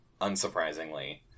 unsurprisingly